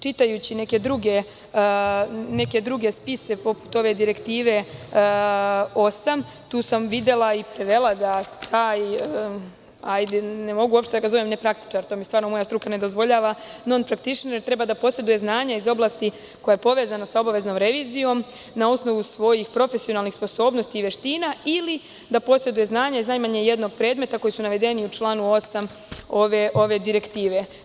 Čitajući neke druge spise ove direktive osam, tu sam videla i prevela da taj, ne mogu ga nazvati nepraktičar jer to moja struka ne dozvoljava, da on treba da poseduje znanje iz oblasti koja je povezana sa obaveznom revizijom na osnovu svojih profesionalnih sposobnosti i veština, ili da poseduje znanje iz najmanje jednog predmeta koji su navedeni u članu 8. ove direktive.